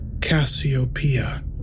Cassiopeia